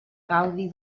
gaudi